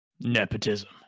Nepotism